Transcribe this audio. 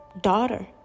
daughter